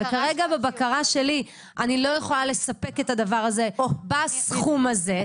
וכרגע בבקרה שלי אני לא יכולה לספק את הדבר הזה בסכום הזה".